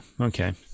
Okay